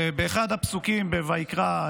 באחד הפסוקים בויקרא,